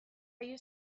jaio